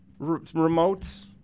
remotes